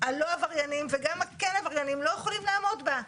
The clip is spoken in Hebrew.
הלא עבריינים וגם כן העבריינים לא יכולים לעמוד בה.